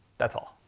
that's all.